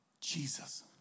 Jesus